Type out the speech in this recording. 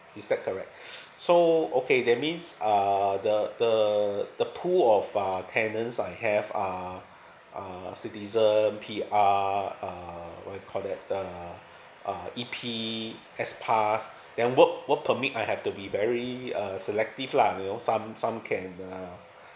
is that correct so okay that means err the the the pool of ah tenant I have ah uh citizen P_R uh what you called that the uh E_P S pass then work work permit I have to be very uh selective lah you know some some can uh